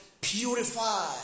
purify